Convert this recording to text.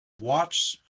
watch